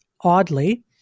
oddly